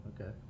okay